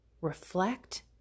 reflect